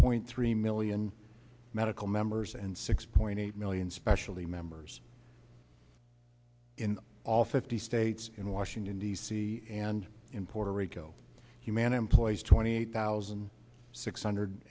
point three million medical members and six point eight million specialty members in all fifty states in washington d c and in puerto rico humana employs twenty thousand six hundred